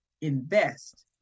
invest